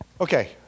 Okay